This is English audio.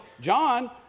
John